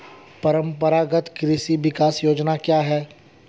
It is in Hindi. परंपरागत कृषि विकास योजना क्या है?